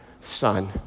Son